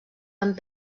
amb